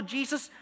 Jesus